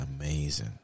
amazing